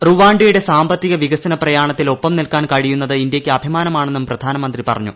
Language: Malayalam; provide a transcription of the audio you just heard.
റുവാ യുടെ സാമ്പത്തിക് വികസന പ്രയാണത്തിൽ ഒപ്പം നിൽക്കാൻ കഴിയുന്നത് ഇന്തൃയ്ക്ക് അഭിമാനമാണെന്നും പ്രധാനമന്ത്രി പറഞ്ഞു